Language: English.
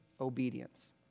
obedience